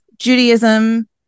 Judaism